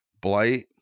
Blight